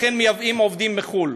לכן מייבאים עובדים מחו"ל,